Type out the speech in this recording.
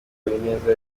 habineza